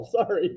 Sorry